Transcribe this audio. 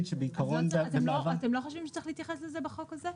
אז אתם לא חושבים שצריך להתייחס לזה בחוק הזה?